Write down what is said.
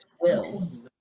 wills